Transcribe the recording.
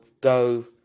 go